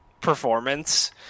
performance